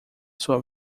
sua